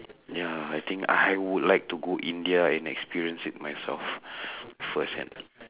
ya I think I would like to go india and experience it myself firsthand